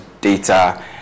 data